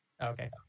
Okay